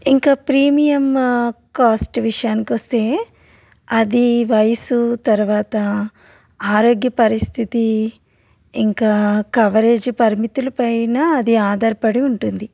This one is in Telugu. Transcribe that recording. ఇంకా ప్రీమియం కాస్ట్ విషయానికొస్తే అది వయసు తర్వాత ఆరోగ్య పరిస్థితి ఇంకా కవరేజ్ పరిమితుల పైన అది ఆధారపడి ఉంటుంది